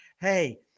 hey